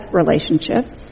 relationships